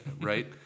Right